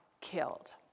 killed